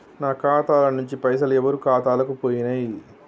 నా ఖాతా ల నుంచి పైసలు ఎవరు ఖాతాలకు పోయినయ్?